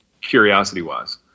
curiosity-wise